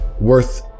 worth